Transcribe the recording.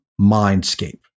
mindscape